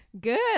Good